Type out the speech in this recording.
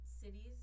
cities